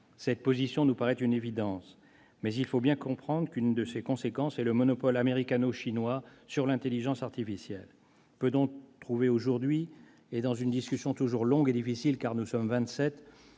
Cette position nous paraît une évidence, mais il faut bien comprendre qu'une de ses conséquences est le monopole américano-chinois sur l'intelligence artificielle. Peut-on trouver aujourd'hui, et dans le cadre d'une discussion toujours longue et difficile, car nous sommes